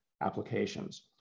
applications